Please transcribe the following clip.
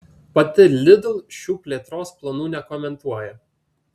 pati lidl šių plėtros planų nekomentuoja